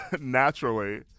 naturally